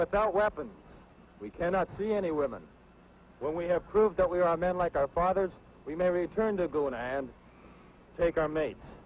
without weapons we cannot see any women when we have proved that we are men like our fathers we may return to go in and take our ma